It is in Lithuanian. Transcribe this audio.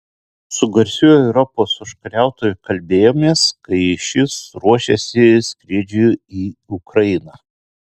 su garsiuoju europos užkariautoju kalbėjomės kai šis ruošėsi skrydžiui į ukrainą